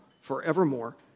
forevermore